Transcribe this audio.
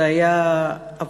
זה היה עבורך,